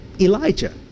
Elijah